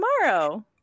tomorrow